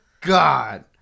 God